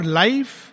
life